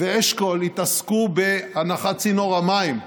ואשכול התעסקו בהנחת צינור המים.